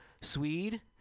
Swede